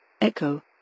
Echo